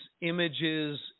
images